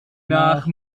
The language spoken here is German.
nach